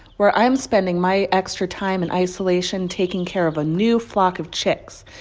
where i'm spending my extra time in isolation taking care of a new flock of chicks,